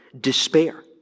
despair